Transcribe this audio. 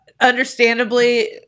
Understandably